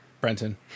Brenton